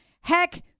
Heck